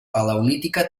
paleolítica